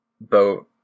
boat